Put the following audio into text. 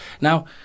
Now